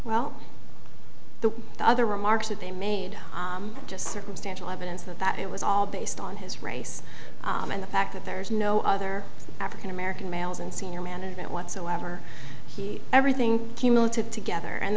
well the other remarks that they made just circumstantial evidence that that it was all based on his race and the fact that there's no other african american males in senior management whatsoever he everything cumulative together and